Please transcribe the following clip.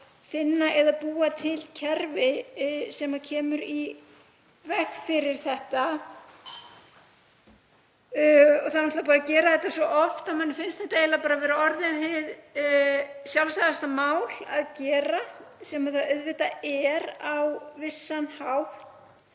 finna eða búa til kerfi sem kemur í veg fyrir þetta. Það er náttúrlega búið að gera þetta svo oft að manni finnst þetta eiginlega bara vera orðið hið sjálfsagða mál að gera, sem það auðvitað er á vissan hátt.